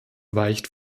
weicht